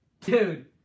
dude